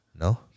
no